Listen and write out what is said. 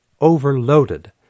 overloaded